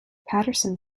patterson